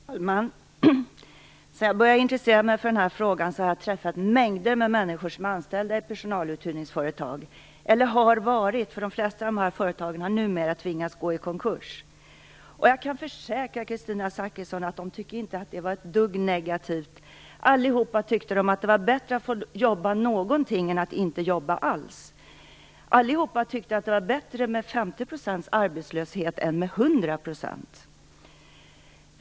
Herr talman! Sedan jag började intressera mig för den här frågan har jag träffat mängder med människor som är anställda i personaluthyrningsföretag eller har varit, eftersom de flesta av dessa företag har tvingats gå i konkurs. Jag kan försäkra Kristina Zakrisson att dessa människor inte tyckte att det var ett dugg negativt att vara anställda i dessa företag. Alla tyckte att det var bättre att få jobba någonting än att inte jobba alls. Alla tyckte att det var bättre med 50 % arbetslöshet än med 100 % arbetslöshet.